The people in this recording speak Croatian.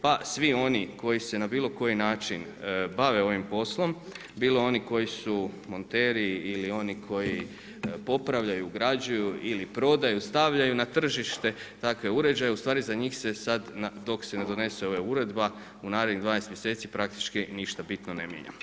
Pa svi oni koji se na bilo koji način bave ovim poslom, bilo oni koji su monteri ili oni koji popravljaju, ugrađuju ili prodaju, stavljaju na tržište ustvari za njih se sada dok se ne donese ova uredba u narednih 12 mjeseci praktički ništa bitno ne mijenja.